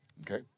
Okay